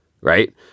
Right